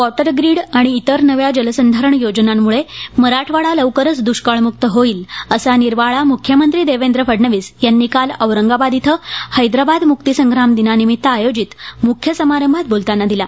water grid आणि इतर नव्या जलसंधारण योजनांमुळे मराठवाडा लवकरच दुष्काळमुक्त होईल असा निर्वाळा मुख्यमंत्री देवेंद्र फडणविस यांनी काल औरंगाबाद इथं हैदराबाद मुक्तीसंप्राम दिनानिमित्त आयोजित मुख्य समारंभात बोलताना दिला